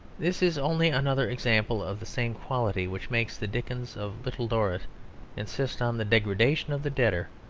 this is only another example of the same quality which makes the dickens of little dorrit insist on the degradation of the debtor,